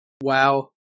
Wow